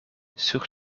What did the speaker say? sur